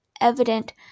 evident